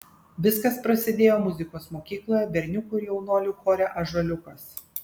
viskas prasidėjo muzikos mokykloje berniukų ir jaunuolių chore ąžuoliukas